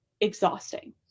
exhausting